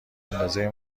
اندازه